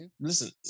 listen